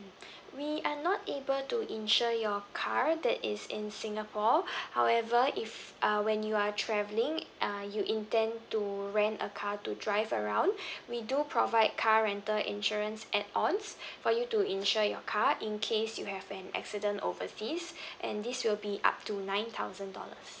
we are not able to insure your car that is in singapore however if uh when you are travelling uh you intend to rent a car to drive around we do provide car rental insurance add ons for you to insure your car in case you have an accident overseas and this will be up to nine thousand dollars